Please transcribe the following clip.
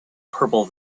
purple